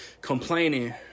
complaining